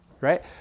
Right